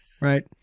right